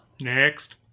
Next